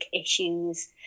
issues